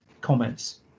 comments